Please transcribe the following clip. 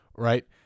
Right